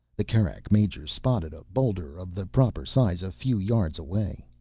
the kerak major spotted a boulder of the proper size, a few yards away.